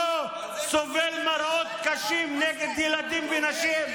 על זה שהוא לא סובל מראות קשים נגד ילדים ונשים?